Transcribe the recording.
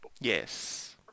Yes